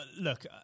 look